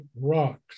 rocks